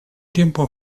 tiempo